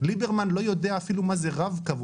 ליברמן לא יודע אפילו מה זה רב קו,